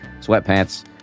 sweatpants